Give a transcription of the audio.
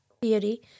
beauty